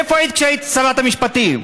איפה היית כשהיית שרת המשפטים?